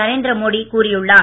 நரேந்திர மோடி கூறியுள்ளார்